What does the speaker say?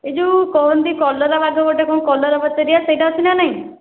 ଏ ଯେଉଁ କୁହନ୍ତି କଲରା ବାଘ ଗୋଟେ କାଲରା ପତରିଆ ସେଇଟା ଅଛି ନା ନାହିଁ